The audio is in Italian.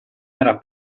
era